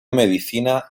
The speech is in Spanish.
medicina